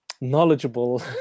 knowledgeable